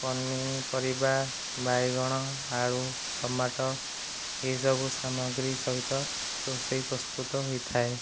ପନିପରିବା ବାଇଗଣ ଆଳୁ ଟମାଟୋ ଏହିସବୁ ସାମଗ୍ରୀ ସହିତ ରୋଷେଇ ପ୍ରସ୍ତୁତ ହୋଇଥାଏ